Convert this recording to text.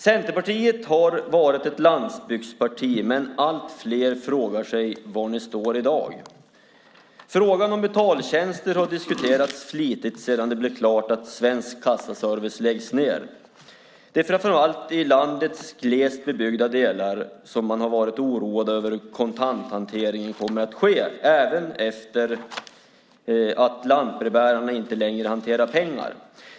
Centerpartiet har varit ett landsbygdsparti, men allt fler frågar sig var de står i dag. Frågan om betaltjänster har diskuterats flitigt sedan det blev klart att Svensk Kassaservice läggs ned. Det är framför allt i landets glest bebyggda delar som man varit oroad över hur kontanthanteringen kommer att ske när lantbrevbärarna inte längre hanterar pengar.